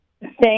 Thank